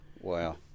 Wow